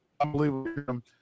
unbelievable